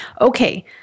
Okay